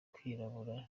kwirabura